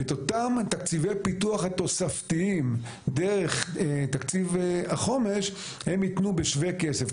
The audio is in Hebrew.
את אותם תקציבי פיתוח תוספתיים דרך תקציב החומש הם יתנו בשווה כסף.